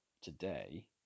today